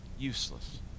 Useless